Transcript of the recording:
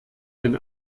den